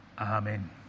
Amen